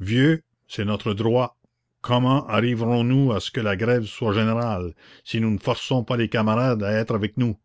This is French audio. vieux c'est notre droit comment arriverons nous à ce que la grève soit générale si nous ne forçons pas les camarades à être avec nous